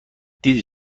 دیدی